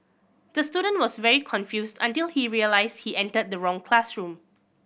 the student was very confused until he realised he entered the wrong classroom